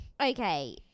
okay